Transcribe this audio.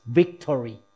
victory